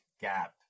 gap